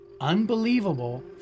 Unbelievable